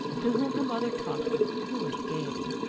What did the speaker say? to whom her mother talked with fluent gaiety.